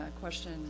question